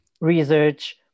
research